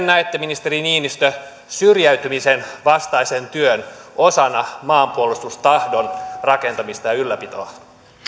näette ministeri niinistö syrjäytymisen vastaisen työn osana maanpuolustustahdon rakentamista ja ylläpitoa